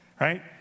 right